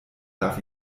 darf